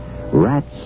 rats